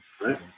right